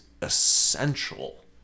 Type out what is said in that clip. essential